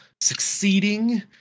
succeeding